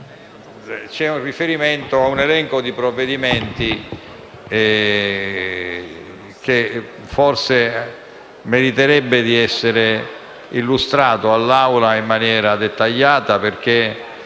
c'è un riferimento a un elenco di provvedimenti che forse meriterebbe di essere illustrato all'Assemblea in maniera dettagliata,